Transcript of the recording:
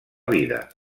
vida